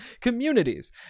communities